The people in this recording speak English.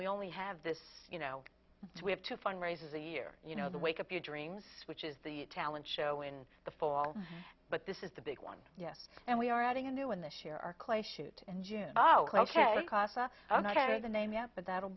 we only have this you know we have two fundraisers a year you know the wake up your dreams which is the talent show in the fall but this is the big one yes and we are adding a new one this year are quite shoot in june oh ok casa ok the name yet but that'll